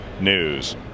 News